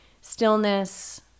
stillness